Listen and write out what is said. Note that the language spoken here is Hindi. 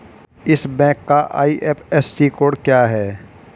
इस बैंक का आई.एफ.एस.सी कोड क्या है?